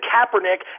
Kaepernick